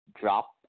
drop